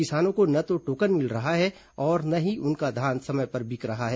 किसानों को न तो टोकन मिल पा रहा है और न ही उनका धान समय पर बिक रहा है